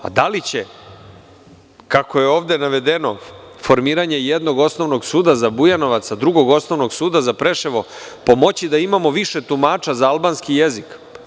Da li će, kako je ovde navedeno, formiranje jednog osnovnog suda za Bujanovac, drugog osnovnog suda za Preševo pomoći da imamo više tumača za albanski jezik?